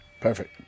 Perfect